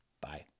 Bye